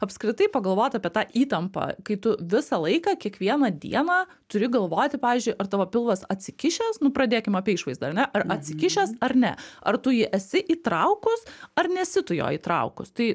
apskritai pagalvot apie tą įtampą kai tu visą laiką kiekvieną dieną turi galvoti pavyzdžiui ar tavo pilvas atsikišęs nu pradėkim apie išvaizdą ar ne ar atsikišęs ar ne ar tu jį esi įtraukus ar nesi tu jo įtraukus tai